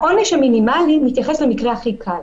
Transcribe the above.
העונש המינימלי מתייחס למקרה הכי קל.